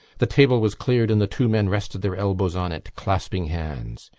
the table was cleared and the two men rested their elbows on it, clasping hands.